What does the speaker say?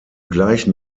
gleichen